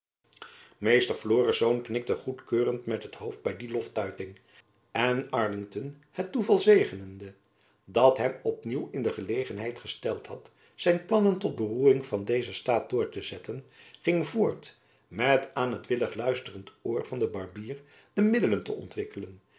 meester floris knikte goedkeurend met het hoofd by die loftuiting en arlington het toeval zegenende dat hem op nieuw in de gelegenheid gesteld had zijn plannen tot beroering van dezen staat door te zetten ging voort met aan het willig luisterend oor van den barbier de middelen te ontwikkelen